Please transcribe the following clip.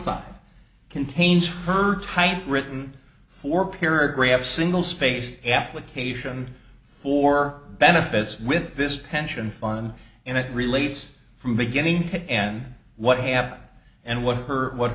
five contains her type written for paragraph single spaced application for benefits with this pension fund and it relates from beginning to end what happened and what her what